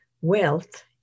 wealth